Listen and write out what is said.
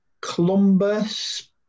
columbus